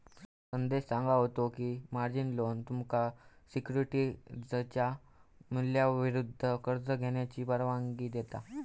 संदेश सांगा होतो की, मार्जिन लोन तुमका सिक्युरिटीजच्या मूल्याविरुद्ध कर्ज घेण्याची परवानगी देता